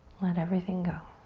let everything go.